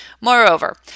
Moreover